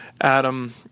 Adam